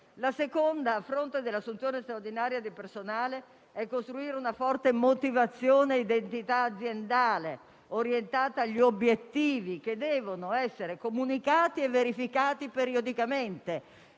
la seconda, a fronte dell'assunzione straordinaria di personale, costruire una forte motivazione e un'identità aziendale, orientata agli obiettivi che devono essere comunicati e verificati periodicamente